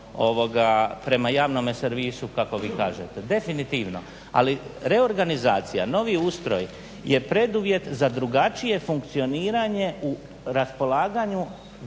prema javnome servisu kako vi kažete, definitivno. Ali reorganizacija, novi ustroj je preduvjet za drugačije funkcioniranje u raspolaganju